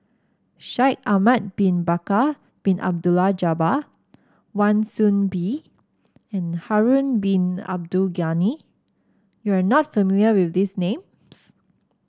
Shaikh Ahmad Bin Bakar Bin Abdullah Jabbar Wan Soon Bee and Harun Bin Abdul Ghani you are not familiar with these names